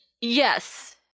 yes